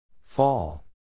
Fall